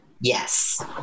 yes